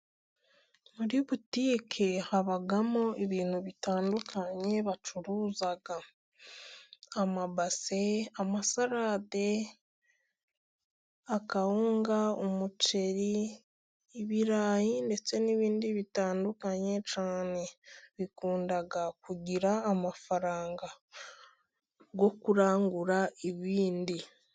Muri butike habamo ibintu bitandukanye bacuruga: Amabase, amasalade, akawunga, umuceri, ibirayi ndetse n'ibindi bitandukanye cyane. Bikunda kugira amafaranga yo kurangura ibindi.